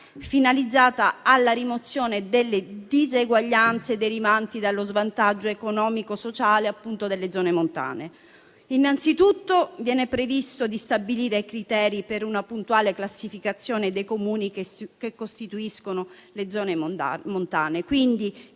finalizzata alla rimozione delle diseguaglianze derivanti dallo svantaggio economico e sociale delle zone montane. È previsto che siano stabiliti i criteri per una puntuale classificazione dei Comuni che costituiscono le zone montane, quindi